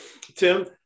Tim